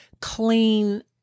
clean